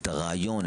את הרעיון,